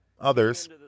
others